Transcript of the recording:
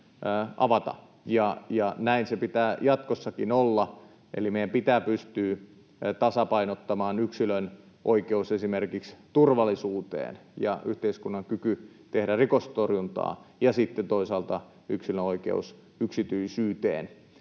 Näin se pitää jatkossakin olla, eli meidän pitää pystyä tasapainottamaan yksilön oikeus esimerkiksi turvallisuuteen ja yhteiskunnan kyky tehdä rikostorjuntaa ja sitten toisaalta yksilön oikeus yksityisyyteen.